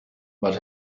but